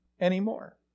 anymore